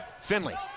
Finley